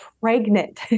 pregnant